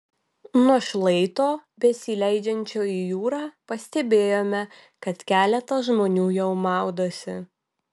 nuo šlaito besileidžiančio į jūrą pastebėjome kad keletas žmonių jau maudosi